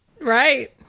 Right